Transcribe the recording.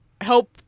help